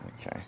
Okay